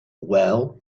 well